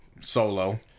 solo